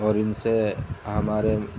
اور ان سے ہمارے